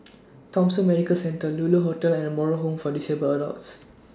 Thomson Medical Centre Lulu Hotel and Moral Home For Disabled Adults